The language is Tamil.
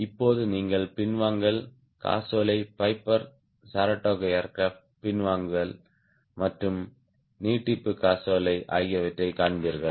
இப்போது நீங்கள் பின்வாங்கல் காசோலை பைபர் சரடோகா ஏர்கிராப்ட் பின்வாங்கல் மற்றும் நீட்டிப்பு காசோலை ஆகியவற்றைக் காண்பீர்கள்